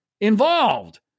involved